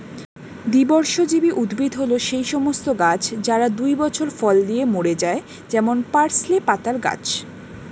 দ্বিবর্ষজীবী উদ্ভিদ হল সেই সমস্ত গাছ যারা দুই বছর ফল দিয়ে মরে যায় যেমন পার্সলে পাতার গাছ